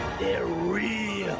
they're real!